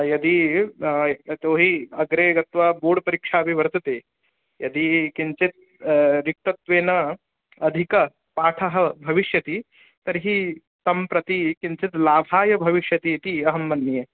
यदि यतोऽहि अग्रे गत्वा बोर्ड् परीक्षा अपि वर्तते यदि किञ्चित् रिक्तत्वेन अधिकपाठः भविष्यति तर्हि तं प्रति किञ्चित् लाभाय भविष्यति इति अहं मन्ये